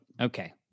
Okay